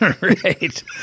Right